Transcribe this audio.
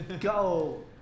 Go